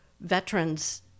veterans